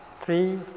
three